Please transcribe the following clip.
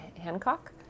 Hancock